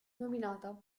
nominata